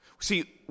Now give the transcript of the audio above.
See